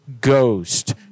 ghost